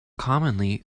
commonly